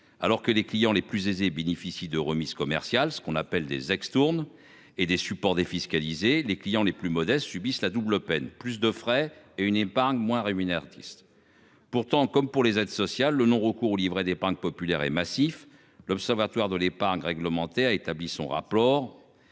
Alors que les clients les plus aisés bénéficient de remises commerciales, ce qu'on appelle des ex-tourne et des supports défiscaliser les clients les plus modestes subissent la double peine, plus de frais et une épargne moins ruiné artiste pourtant comme pour les aides sociales le non recours au livret d'épargne populaire et massif. L'Observatoire de l'épargne réglementée a établi son rapport.